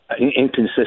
Inconsistent